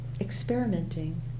experimenting